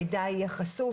המידע יהיה חשוף,